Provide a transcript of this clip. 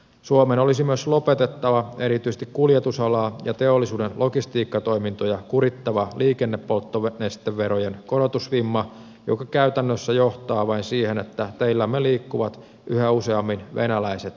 suomen olisi myös lopetettava erityisesti kuljetusalaa ja teollisuuden logistiikkatoimintoja kurittava liikennepolttonesteverojen korotusvimma joka käytännössä johtaa vain siihen että teillämme liikkuvat yhä useammin venäläiset rekat